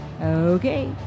Okay